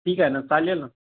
ठीक आहे ना चालेल ना